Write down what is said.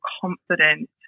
confident